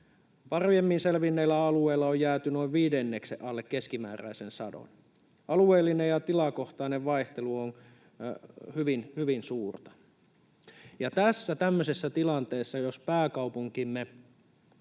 Paremmin selvinneillä alueilla on jääty noin viidenneksen alle keskimääräisen sadon. Alueellinen ja tilakohtainen vaihtelu on hyvin suurta. Ja tässä tämmöisessä tilanteessa pääkaupunkimme